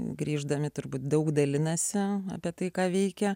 grįždami turbūt daug dalinasi apie tai ką veikia